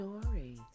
story